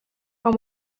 from